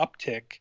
uptick